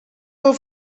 del